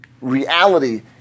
reality